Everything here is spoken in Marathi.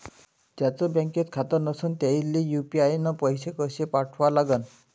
ज्याचं बँकेत खातं नसणं त्याईले यू.पी.आय न पैसे कसे पाठवा लागन?